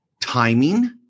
timing